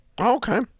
Okay